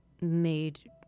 made